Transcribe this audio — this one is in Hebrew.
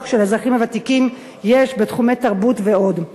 האזרחים הוותיקים בתחומי תרבות ועוד.